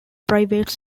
private